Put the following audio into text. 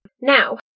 Now